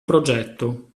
progetto